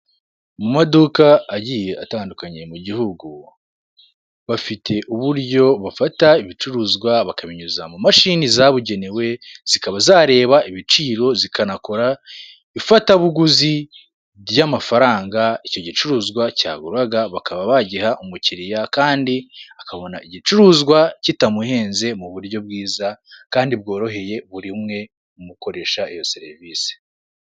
Mu maduka agiye atandukanye mu gihugu, bafite uburyo bafata ibicuruzwa bakabinyuza mu mashini zabugenewe, zikaba zareba ibiciro zikanakora ifatabuguzi ry'amafaranga icyo gicuruzwa cyaguraga, bakaba bagiha umukiliya kandi akabona igicuruzwa kitamuhenze, mu buryo bwiza kandi bworoheye buri umwe mukoresha iyo serivisi.